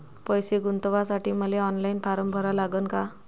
पैसे गुंतवासाठी मले ऑनलाईन फारम भरा लागन का?